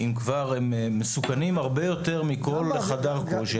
אם כבר, הם מסוכנים הרבה יותר מכל חדר כושר.